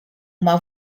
uma